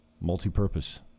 multi-purpose